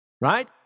right